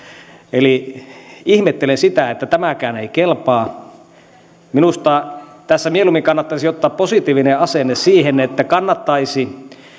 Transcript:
eli ihmettelen sitä että tämäkään ei kelpaa minusta tässä mieluummin kannattaisi ottaa positiivinen asenne siihen kannattaisi